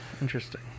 interesting